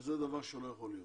זה דבר שלא יכול להיות.